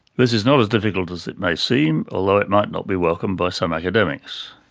this is not as difficult as it may seem, although it might not be welcomed by some academics.